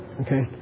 Okay